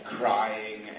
crying